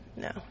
No